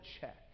check